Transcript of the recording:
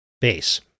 base